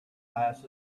class